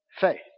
faith